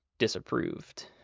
disapproved